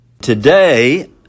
today